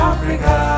Africa